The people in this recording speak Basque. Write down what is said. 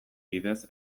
bidez